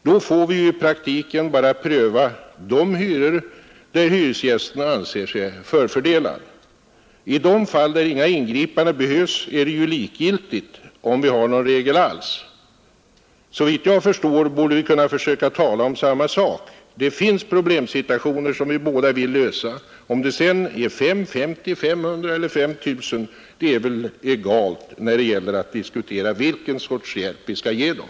Då får vi i praktiken bara pröva de hyror i fråga om vilka hyresgästerna anser sig vara förfördelade. I de fall där inga ingripanden behövs är det ju likgiltigt om vi har någon regel alls. Såvitt jag förstår borde vi försöka tala om samma sak. Det finns problem som vi båda vill lösa. Om det sedan gäller 5, 50, 500 eller 5 000 personer är väl egalt när vi diskuterar vilken sorts hjälp vi skall ge dem.